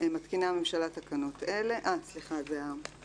מתקינה הממשלה תקנות אלה: הגדרות.